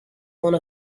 one